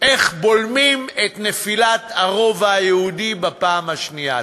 איך בולמים את נפילת הרובע היהודי בפעם השנייה.